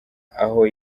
aho